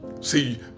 See